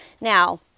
Now